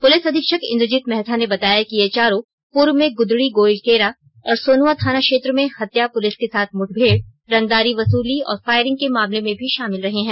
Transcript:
police अधीक्षक इंद्रजीत महाथा ने बताया कि ये चारों पूर्व में गुदडी गोइलकेरा और सोनुआ थाना क्षेत्र में हत्या पुलिस के साथ मुठभेड़ रंगदारी वसूली और फायरिंग के मामले में भी शामिल रहे हैं